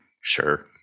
sure